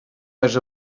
més